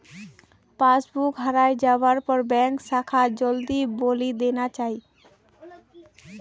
passbook हराई जवार पर बैंक शाखाक जल्दीत बोली देना चाई